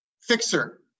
Fixer